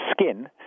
skin